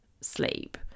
sleep